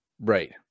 Right